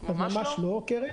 קרן,